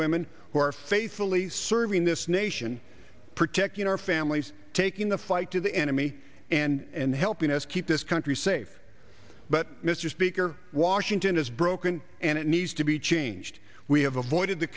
women who are faithfully serving this nation protecting our families taking the fight to the enemy and helping us keep this country safe but mr speaker washington is broken and it needs to be changed we have avoided the